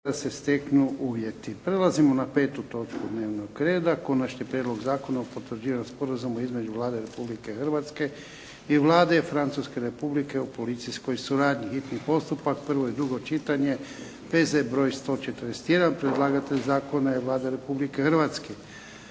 Ivan (HDZ)** Prelazimo na 5. točku dnevnog reda. 5. Konačni prijedlog Zakona o potvrđivanju Sporazuma između Vlade Republike Hrvatske i Vlade Francuske Republike o policijskoj suradnji, hitni postupak, prvo i drugo čitanje, P.Z. br. 141 Predlagatelj zakona je Vlada Republike Hrvatske.